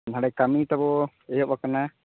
ᱦᱟᱸᱰᱮ ᱠᱟᱹᱢᱤ ᱛᱟᱵᱚ ᱮᱦᱚᱵ ᱠᱟᱱᱟ